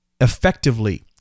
effectively